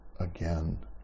again